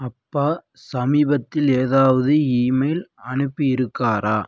அப்பா சமீபத்தில் ஏதாவது இமெயில் அனுப்பியிருக்காரா